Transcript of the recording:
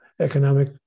economic